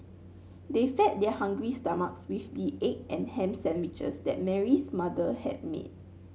they fed their hungry stomachs with the egg and ham sandwiches that Mary's mother had made